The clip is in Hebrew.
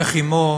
איך אמו